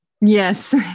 Yes